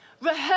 rehearse